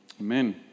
Amen